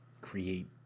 create